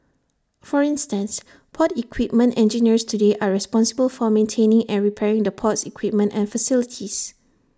for instance port equipment engineers today are responsible for maintaining and repairing the port's equipment and facilities